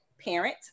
parent